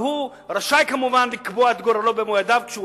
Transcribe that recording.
והוא רשאי כמובן לקבוע את גורלו במו-ידיו כשהוא